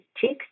cheeks